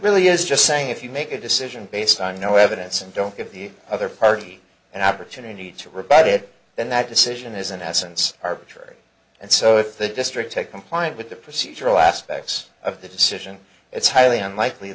really is just saying if you make a decision based on no evidence and don't give the other party an opportunity to rebut it then that decision is in essence arbitrary and so if the district take complying with the procedural aspects of the decision it's highly unlikely